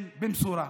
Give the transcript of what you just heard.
של "במשורה".